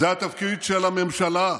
זה התפקיד של הממשלה,